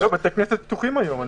הכנסת פתוחים היום.